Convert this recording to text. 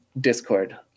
Discord